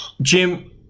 Jim